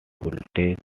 voltage